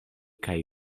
kaj